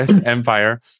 Empire